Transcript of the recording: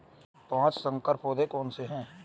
पाँच संकर पौधे कौन से हैं?